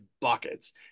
buckets